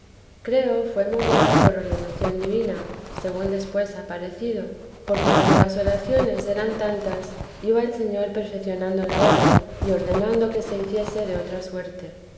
creo fué movido por ordenación divina según después ha parecido porque como las oraciones eran tantas iba el señor perficionando la obra y ordenando que se hiciese de otra suerte